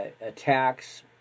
attacks